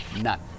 None